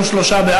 (תיקון מס' 7),